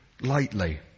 lightly